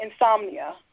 insomnia